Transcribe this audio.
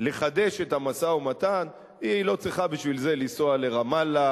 לחדש את המשא-ומתן היא לא צריכה בשביל זה לנסוע לרמאללה,